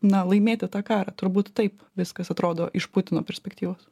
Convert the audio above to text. na laimėti tą karą turbūt taip viskas atrodo iš putino perspektyvos